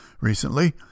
recently